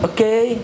Okay